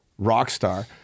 Rockstar